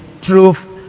truth